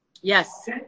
Yes